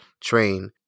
train